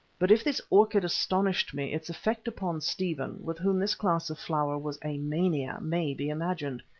but if this orchid astonished me, its effect upon stephen, with whom this class of flower was a mania, may be imagined.